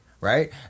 Right